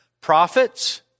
prophets